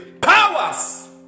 Powers